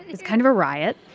it's kind of a riot.